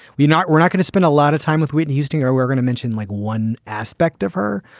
we're not we're not going to spend a lot of time with whitney houston or we're going to mention like one aspect of her,